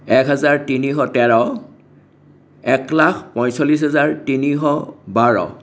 এক হেজাৰ তিনিশ তেৰ একলাখ পঞ্চল্লিছ হাজাৰ তিনিশ বাৰ